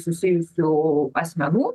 susijusių asmenų